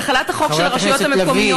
אז החלת החוק של הרשויות המקומיות,